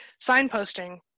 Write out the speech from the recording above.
signposting